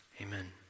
amen